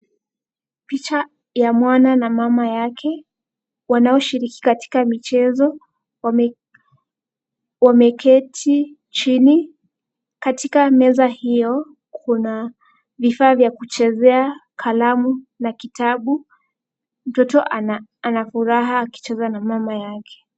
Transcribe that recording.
Picha ya mwana na mama yake wanaoshiriki katika michezo wameketi chini katika meza hio kuna vifaa vya kuchezea kalamu na kitabu. Mtoto ana furaha akicheza na mama yake.